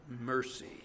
mercy